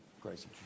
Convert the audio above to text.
Gracie